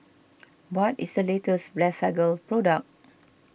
what is the latest Blephagel product